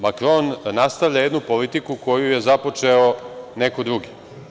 Makron nastavlja jednu politiku koju je započeo neko drugi.